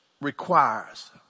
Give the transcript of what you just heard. requires